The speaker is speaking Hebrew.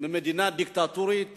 ממדינה דיקטטורית